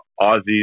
aussie's